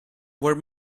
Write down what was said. were